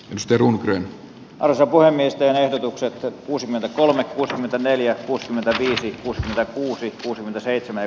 ostetun uhrin asevoimista ja ehdotukset on kuusikymmentäkolme kun itä neljä kuusikymmentäviisi kuusikymmentäkuusi plus seitsemän